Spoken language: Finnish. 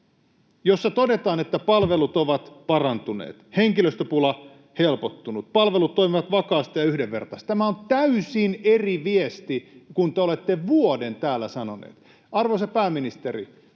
jossa todetaan, että palvelut ovat parantuneet, henkilöstöpula helpottunut ja palvelut toimivat vakaasti ja yhdenvertaisesti. Tämä on täysin eri viesti kuin se, jota te olette vuoden täällä sanoneet. Arvoisa pääministeri,